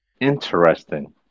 interesting